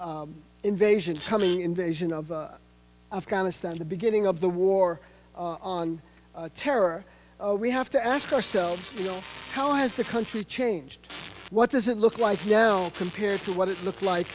the invasion coming invasion of afghanistan the beginning of the war on terror we have to ask ourselves how has the country changed what does it look like compared to what it looked like